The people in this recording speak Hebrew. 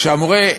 שהמורה,